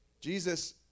Jesus